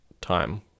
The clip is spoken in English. time